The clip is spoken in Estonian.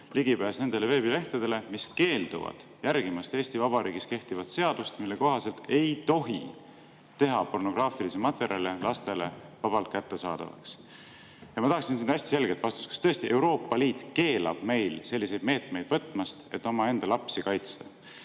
ligipääs nendele veebilehtedele, mis keelduvad järgimast Eesti Vabariigis kehtivat seadust, mille kohaselt ei tohi teha pornograafilisi materjale lastele vabalt kättesaadavaks. Ma tahaksin hästi selget vastust: kas tõesti Euroopa Liit keelab meil selliseid meetmeid võtmast, et omaenda lapsi kaitsta?